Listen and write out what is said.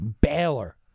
Baylor